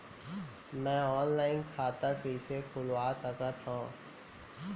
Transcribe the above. मैं ऑनलाइन खाता कइसे खुलवा सकत हव?